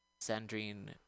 Sandrine